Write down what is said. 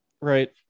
Right